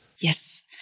Yes